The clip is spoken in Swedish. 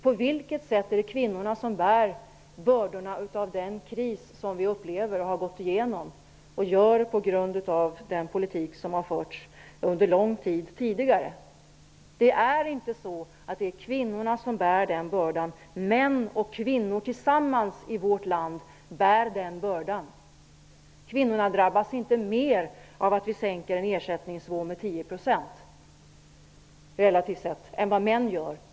På vilket sätt är det kvinnorna som bär bördorna av den kris som vi har gått igenom och fortfarande upplever? Och hur kan de göra det på grund av den politik som har förts sedan långt tidigare? Det är inte kvinnorna som bär den bördan. Män och kvinnor bär den tillsammans i vårt land. Relativt sett drabbas kvinnorna inte mer än männen av att en ersättningsnivå sänks med 10 %.